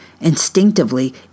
Instinctively